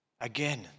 Again